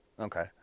Okay